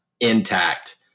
Intact